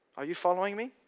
are you following me?